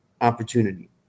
opportunity